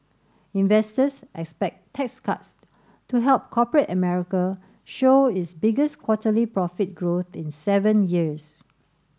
investors expect tax cuts to help corporate America show its biggest quarterly profit growth in seven years